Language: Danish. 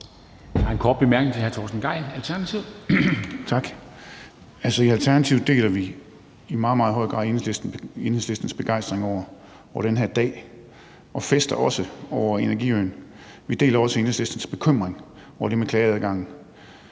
Der er en kort bemærkning til hr. Torsten Gejl, Alternativet. Kl. 11:20 Torsten Gejl (ALT): Tak. I Alternativet deler vi i meget, meget høj grad Enhedslistens begejstring over den her dag og fester også over energiøen. Vi deler også Enhedslistens bekymring over det med klageadgangen.